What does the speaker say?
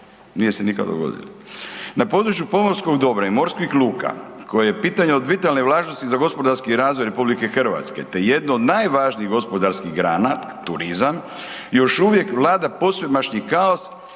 Na području pomorskog dobra i morskih luka koje je pitanje od vitalne važnosti za gospodarski razvoj RH te jedno od najvažnijih gospodarskih grana, turizam, još uvijek vlada posvemašnji kaos